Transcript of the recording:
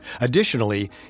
Additionally